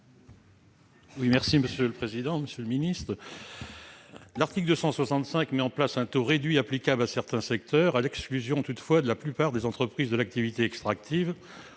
douanes met en place un taux réduit applicable à certains secteurs, à l'exclusion toutefois de la plupart des entreprises de l'activité extractive.